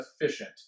efficient